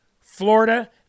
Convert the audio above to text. Florida